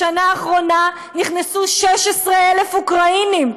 בשנה האחרונה נכנסו 16,000 אוקראינים,